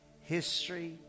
history